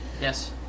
yes